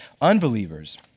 unbelievers